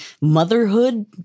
motherhood